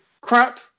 crap